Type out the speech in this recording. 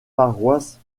paroisse